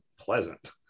Pleasant